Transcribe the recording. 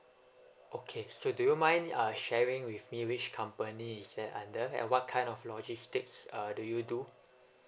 okay so do you mind uh like sharing with me which company is that under and what kind of logistics uh do you do